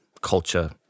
culture